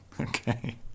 Okay